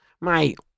mate